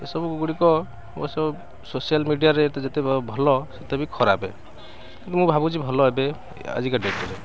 ଏସବୁ ଗୁଡ଼ିକ ସବୁ ସୋସିଆଲ୍ ମିଡ଼ିଆରେ ତ ଯେତେ ଭଲ ସେତେ ବି ଖରାପ କିନ୍ତୁ ମୁଁ ଭାବୁଛି ଭଲ ଏବେ ଆଜିକା ଡେଟ୍ରେ